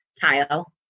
tile